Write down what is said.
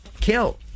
kill